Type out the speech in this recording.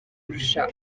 kurusha